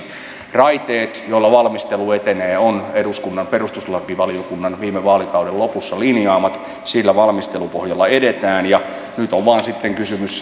raiteet joilla valmistelu etenee ovat eduskunnan perustuslakivaliokunnan viime vaalikauden lopussa linjaamat sillä valmistelupohjalla edetään ja nyt on vain sitten kysymys